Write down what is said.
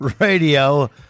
radio